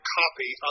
copy